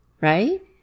right